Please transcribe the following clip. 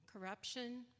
corruption